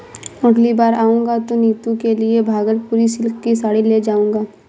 अगली बार आऊंगा तो नीतू के लिए भागलपुरी सिल्क की साड़ी ले जाऊंगा